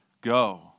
go